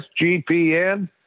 SGPN